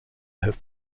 have